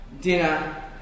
dinner